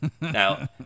Now